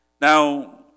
Now